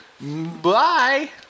Bye